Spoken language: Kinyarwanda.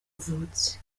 avutse